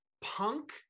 punk